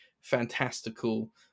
fantastical